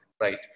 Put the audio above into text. right